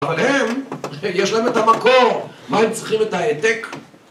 אבל הם, יש להם את המקור, מה הם צריכים את ההעתק?